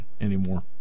anymore